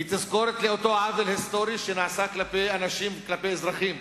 היא תזכורת של אותו עוול היסטורי שנעשה כלפי אנשים וכלפי אזרחים.